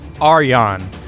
Aryan